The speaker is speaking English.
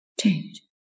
change